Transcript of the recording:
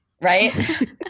Right